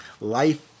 Life